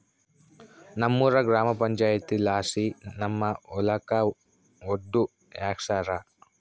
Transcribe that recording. ನಮ್ಮೂರ ಗ್ರಾಮ ಪಂಚಾಯಿತಿಲಾಸಿ ನಮ್ಮ ಹೊಲಕ ಒಡ್ಡು ಹಾಕ್ಸ್ಯಾರ